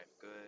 good